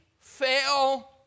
fail